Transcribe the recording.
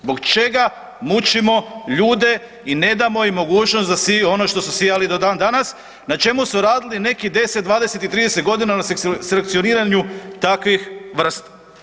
Zbog čega mučimo ljude i ne damo im mogućnost da siju ono što su sijali do dan danas, na čemu su radili nekih 10, 20, 30 godina na selekcioniranju takvih vrsta?